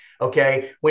Okay